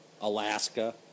Alaska